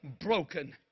broken